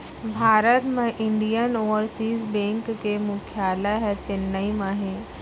भारत म Indian overseas bank के मुख्यालय ह चेन्नई म हे